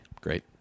Great